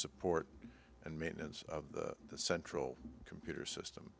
support and maintenance of the central computer system